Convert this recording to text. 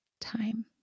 time